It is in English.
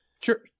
sure